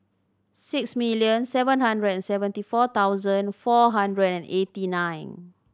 six million seven hundred and seventy four thousand four hundred and eighty nine